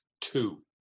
two